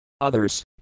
Others